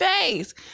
face